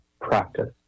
practice